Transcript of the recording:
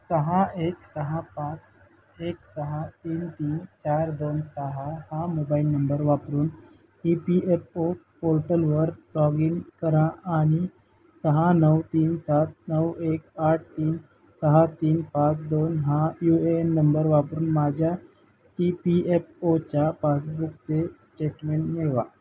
सहा एक सहा पाच एक सहा तीन तीन चार दोन सहा हा मोबाईल नंबर वापरून ई पी एफ ओ पोर्टलवर लॉग इन करा आणि सहा नऊ तीन सात नऊ एक आठ तीन सहा तीन पाच दोन हा यू ए एन नंबर वापरून माझ्या ई पी एफ ओच्या पासबुकचे स्टेटमेंट मिळवा